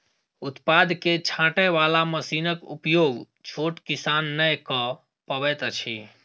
उत्पाद के छाँटय बाला मशीनक उपयोग छोट किसान नै कअ पबैत अछि